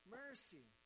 mercy